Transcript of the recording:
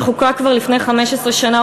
שחוקק כבר לפני 15 שנה,